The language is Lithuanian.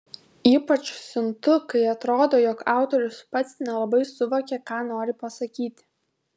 ypač siuntu kai atrodo jog autorius pats nelabai suvokė ką nori pasakyti